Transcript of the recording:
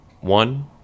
One